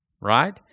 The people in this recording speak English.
Right